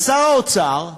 שר האוצר,